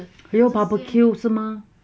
还有 barbecue 是吗